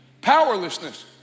powerlessness